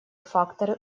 факторы